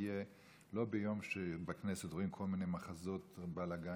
יהיו לא ביום שרואים בכנסת כל מיני מחזות ובלגנים,